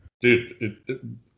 dude